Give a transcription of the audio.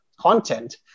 content